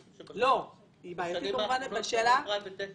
אני חושב שבשנים האחרונות קרנות Private Equity